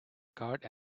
card